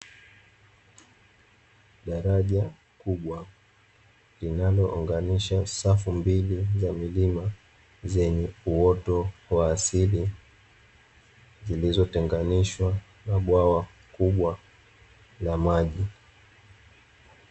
Daraja kubwa linaloonganisha safu mbili za milima zenye uoto wa asili, zilizotenganishwa na bwawa kubwa la maji.